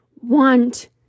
want